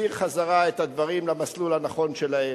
ותחזיר את הדברים למסלול הנכון שלהם.